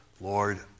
Lord